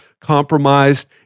compromised